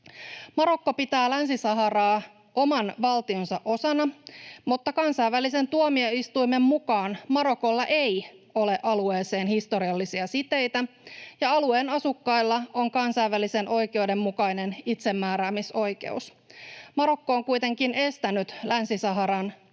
Morokko pitää Länsi-Saharaa oman valtionsa osana, mutta kansainvälisen tuomioistuimen mukaan Marokolla ei ole alueeseen historiallisia siteitä, ja alueen asukkailla on kansainvälisen oikeuden mukainen itsemääräämisoikeus. Marokko on kuitenkin estänyt Länsi-Saharan